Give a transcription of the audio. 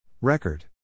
Record